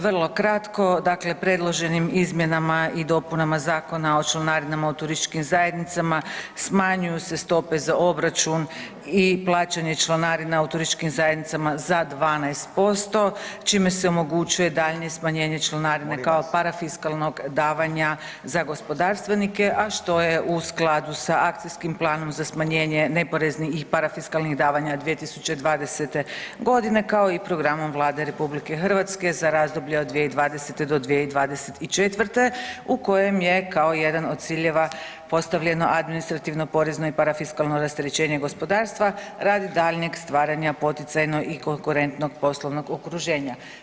Vrlo kratko, dakle predloženim izmjenama i dopunama Zakona o članarinama u turističkim zajednicama, smanjuju se stope za obračun i plaćanje članarina u turističkim zajednicama za 12% čime se omogućuje daljnje smanjenje članarine kao parafiskalnog davanja za gospodarstvenike, a što je u skladu s Akcijskim planom za smanjenje neporeznih i parafiskalnih davanja 2020.g. kao i programom Vlade RH za razdoblje od 2020.-2024. u kojem je kao jedan od ciljeva postavljeno administrativno i porezno i parafiskalno rasterećenje gospodarstva radi daljnjeg stvaranja poticajnog i konkurentnog poslovnog okruženja.